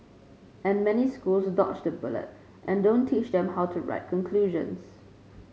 and many schools dodge the bullet and don't teach them how to write conclusions